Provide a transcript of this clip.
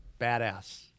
Badass